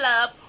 love